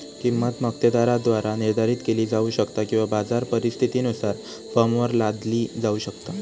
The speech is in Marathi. किंमत मक्तेदाराद्वारा निर्धारित केली जाऊ शकता किंवा बाजार परिस्थितीनुसार फर्मवर लादली जाऊ शकता